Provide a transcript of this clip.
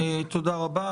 תודה רבה.